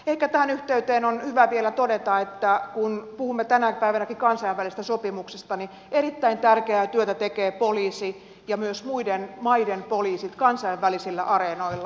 ehkä tähän yhteyteen on hyvä vielä todeta että kun puhumme tänä päivänäkin kansainvälisestä sopimuksesta niin erittäin tärkeää työtä tekee poliisi ja tekevät myös muiden maiden poliisit kansainvälisillä areenoilla